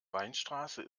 weinstraße